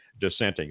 dissenting